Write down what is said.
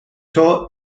taught